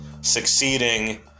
succeeding